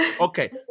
okay